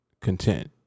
Content